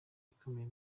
ikomeye